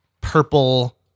purple